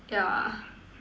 yeah